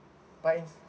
buy